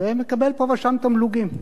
ומקבל פה ושם תמלוגים.